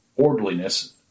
orderliness